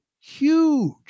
Huge